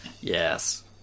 yes